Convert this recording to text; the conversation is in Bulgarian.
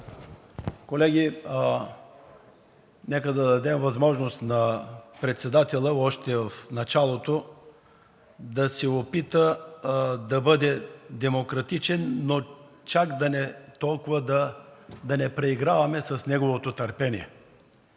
Колеги, нека да дадем възможност на председателя още в началото да се опита да бъде демократичен, но чак толкова да не преиграваме с неговото търпение.